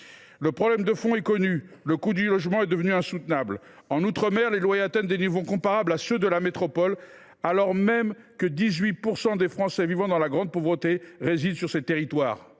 Le problème de fond est connu : le coût du logement est devenu insoutenable. En outre mer, les loyers atteignent des niveaux comparables à ceux de la métropole, alors même que 18 % des Français vivant dans la grande pauvreté résident dans ces territoires.